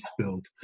spilled